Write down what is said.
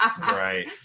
Right